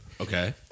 Okay